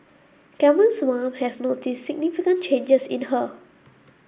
Camille's mom has noticed significant changes in her